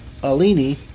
Alini